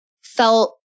felt